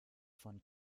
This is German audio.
von